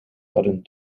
hadden